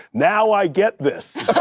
now i get this!